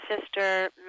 sister